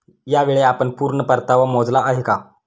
यावेळी आपण पूर्ण परतावा मोजला आहे का?